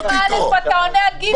אני מדברת אתך על א' ואתה עונה על ג'.